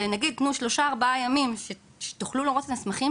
ונאמר אחרי שלושה-ארבעה ימים סטודנטים יוכלו לראות את המסמכים